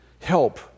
help